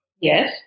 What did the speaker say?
Yes